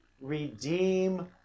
Redeem